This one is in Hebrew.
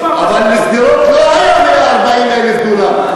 אבל לשדרות לא היו 40,000 דונם,